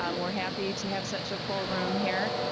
um we're happy to have such a full room here.